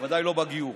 בוודאי לא בגיור.